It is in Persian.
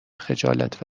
خجالت